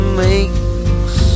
makes